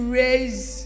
raise